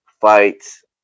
fights